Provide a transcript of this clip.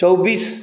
चौबीस